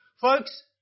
Folks